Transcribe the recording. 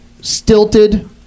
stilted